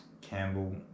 Campbell